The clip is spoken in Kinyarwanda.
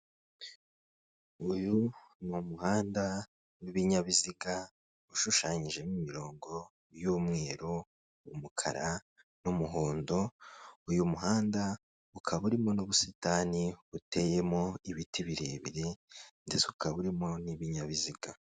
Uyu ni umuhanda w'ibinyabiziga, ushushanyijemo imirongo y'umweru, umukara, n'umuhondo, uyu muhanda ukaba urimo n'ubusitani buteyemo ibiti birebire, ndetse ukaba urimo n'ibinyabiziga.